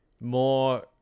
more